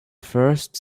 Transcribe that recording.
first